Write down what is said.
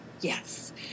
yes